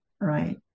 Right